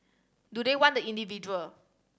do they want the individual